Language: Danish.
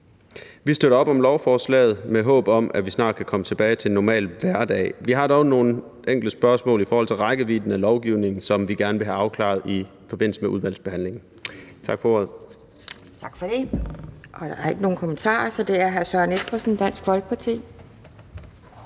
Vi støtter op om lovforslaget med håb om, at vi snart kan komme tilbage til en normal hverdag. Vi har dog nogle enkelte spørgsmål i forhold til rækkevidden af lovgivningen, som vi gerne vil have afklaret i forbindelse med udvalgsbehandlingen. Tak for ordet.